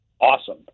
awesome